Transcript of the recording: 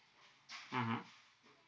mmhmm